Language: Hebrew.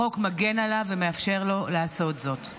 החוק מגן עליו ומאפשר לו לעשות זאת.